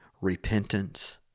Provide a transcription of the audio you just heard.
repentance